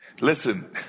Listen